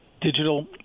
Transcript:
digital